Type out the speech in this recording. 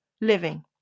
living